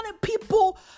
people